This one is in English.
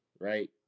Right